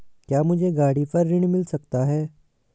क्या मुझे गाड़ी पर ऋण मिल सकता है?